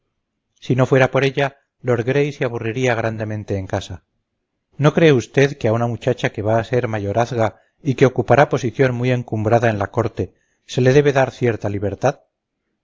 si no fuera por ella lord gray se aburriría grandemente en casa no cree usted que a una muchacha que va a ser mayorazga y que ocupará posición muy encumbrada en la corte se le debe dar cierta libertad